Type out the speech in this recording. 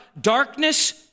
darkness